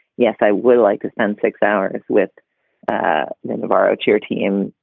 yes. i would like to spend six hours with ah novarro cheer team.